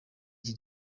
iki